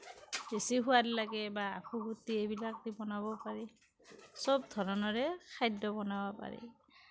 বেছি সোৱাদ লাগে বা আফুগুটি এইবিলাক দি বনাব পাৰি সব ধৰণৰে খাদ্য বনাব পাৰি